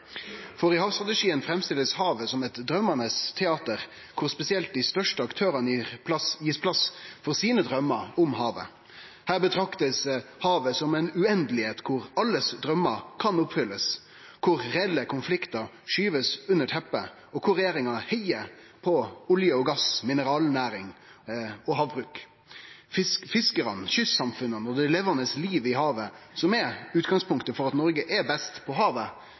for i havstrategien blir havet framstilt som eit drøymande teater, kor det spesielt blir gitt plass til dei største aktørane sine draumar om havet. Her blir havet betrakta som ei endeløyse, der alle sine draumar kan bli oppfylte, der reelle konfliktar blir skyvde under teppet, og der regjeringa heiar på olje og gass, mineralnæring og havbruk. Fiskarane, kystsamfunna og det levande livet i havet, som er utgangspunktet for at Noreg er best på havet,